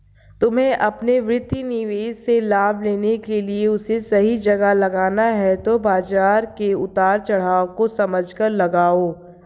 तुम्हे अपने वित्तीय निवेश से लाभ लेने के लिए उसे सही जगह लगाना है तो बाज़ार के उतार चड़ाव को समझकर लगाओ